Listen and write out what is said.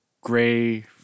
gray